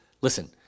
Listen